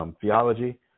theology